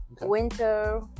winter